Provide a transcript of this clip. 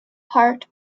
part